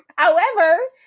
however,